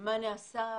ומה נעשה?